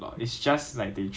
他们会叫你做 survey 的